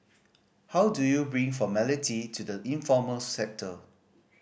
how do you bring formality to the informal sector